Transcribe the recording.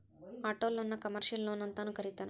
ಆಟೊಲೊನ್ನ ಕಮರ್ಷಿಯಲ್ ಲೊನ್ಅಂತನೂ ಕರೇತಾರ